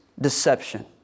deception